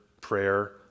prayer